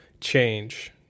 change